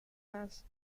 más